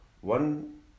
One